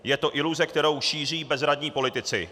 Je to iluze, kterou šíří bezradní politici.